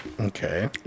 okay